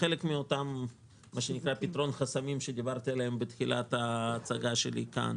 כחלק מאותו פתרון חסמים שדיברתי עליו בתחילת ההצגה שלי כאן.